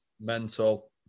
mental